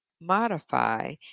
Modify